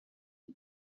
que